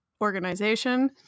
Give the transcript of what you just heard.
organization